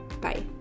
Bye